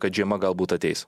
kad žiema galbūt ateis